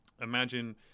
imagine